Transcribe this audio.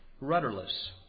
rudderless